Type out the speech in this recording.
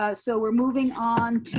ah so we're moving on